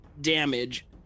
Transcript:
damage